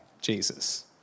Jesus